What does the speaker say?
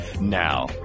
Now